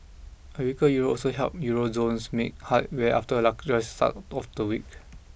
a weaker Euro also helped Euro zones make headway after a lacklustre start off to week